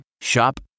Shop